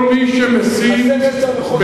קל וחומר כל מי שמסית בהר-הבית,